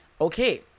okay